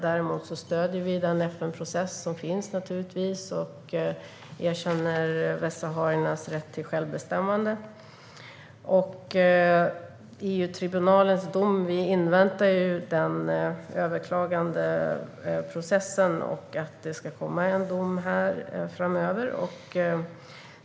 Däremot stöder Sverige FN-processen och erkänner västsahariernas rätt till självbestämmande. Vi inväntar överklagandeprocessen av EU-tribunalens dom. Det ska komma en dom framöver.